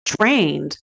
trained